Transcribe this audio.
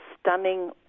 stunning